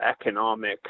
economic